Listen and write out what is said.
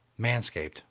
Manscaped